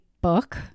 book